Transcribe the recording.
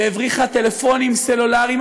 והבריחה טלפונים סלולריים,